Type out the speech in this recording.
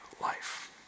life